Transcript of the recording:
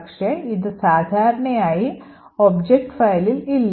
പക്ഷേ ഇത് സാധാരണയായി ഒബ്ജക്റ്റ് ഫയലിൽ ഇല്ല